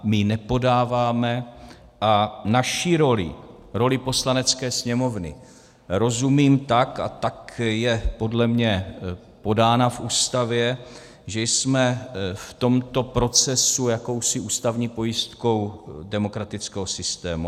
My ji nepodáváme a naší roli, roli Poslanecké sněmovny, rozumím tak a tak je podle mě podána v Ústavě, že jsme v tomto procesu jakousi ústavní pojistkou demokratického systému.